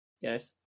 Yes